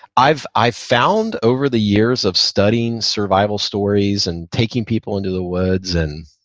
i've i've found over the years of studying survival stories and taking people into the woods and